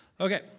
Okay